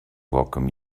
welcome